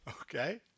Okay